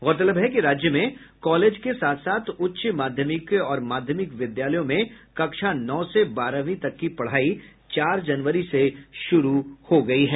गौरतलब है कि राज्य में कॉलेज के साथ साथ उच्च माध्यमिक और माध्यमिक विद्यालयों में कक्षा नौ से बारहवीं तक की पढ़ाई चार जनवरी से शुरू हो गयी है